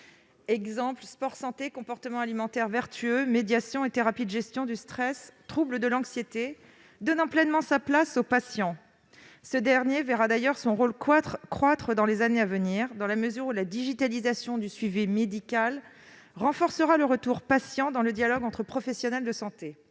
exemple le sport-santé, les comportements alimentaires vertueux, la méditation et les thérapies de gestion du stress ou des troubles de l'anxiété -donnant pleinement sa place au patient. Ce dernier verra d'ailleurs son rôle croître dans les années à venir, dans la mesure où la digitalisation du suivi médical renforcera le « retour patient » dans le dialogue entre professionnels de santé.